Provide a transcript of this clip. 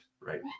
right